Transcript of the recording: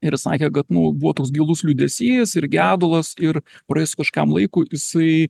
ir jis sakė kad nu buvo toks gilus liūdesys ir gedulas ir praėjus kažkiam laikui jisai